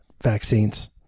vaccines